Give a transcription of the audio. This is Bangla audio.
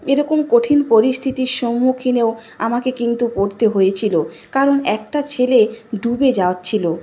এরকম কঠিন পরিস্থিতির সম্মুখীনেও আমাকে কিন্তু পড়তে হয়েছিল কারণ একটা ছেলে ডুবে যাচ্ছিল